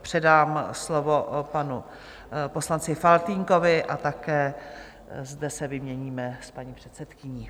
Předám slovo panu poslanci Faltýnkovi a také zde se vyměníme s paní předsedkyní.